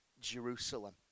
Jerusalem